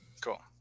cool